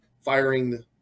firing